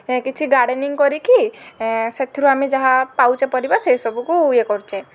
କିଛି ଗାର୍ଡେନିଙ୍ଗ କରିକି ସେଥିରୁ ଆମେ ଯାହା ପାଉଛେ ପରିବା ସେଇ ସବୁକୁ ଇଏ କରୁଛେ